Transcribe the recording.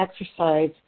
exercise